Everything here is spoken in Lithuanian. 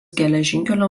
geležinkelio